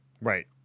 Right